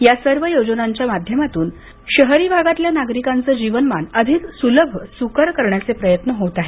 या सर्व योजनांच्या माध्यमातून शहरी भागातल्या नागरिकांचं जीवनमान अधिक सुलभ सुकर करण्याचे प्रयत्न होत आहेत